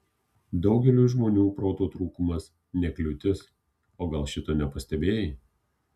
daugeliui žmonių proto trūkumas ne kliūtis o gal šito nepastebėjai